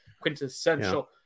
quintessential